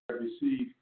received